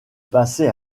passer